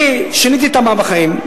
אני שיניתי תמ"א בחיים,